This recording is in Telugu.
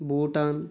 భూటాన్